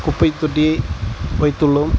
குப்பைத்தொட்டியை வைத்துள்ளோம்